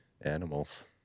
animals